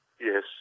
Yes